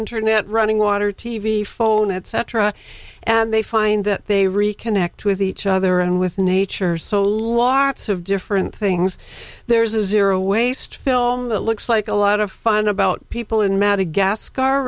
internet running water t v for bone etc and they find that they reconnect with each other and with nature so lots of different things there's a zero waste film that looks like a lot of fun about people in madagascar